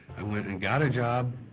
i went and got a job.